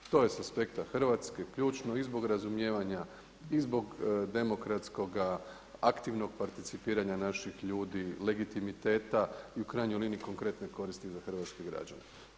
To je sa aspekta Hrvatske ključno i zbog razumijevanja i zbog demokratskoga aktivnog participiranja naših ljudi, legitimiteta i u krajnjoj liniji konkretne koristi za hrvatske građane.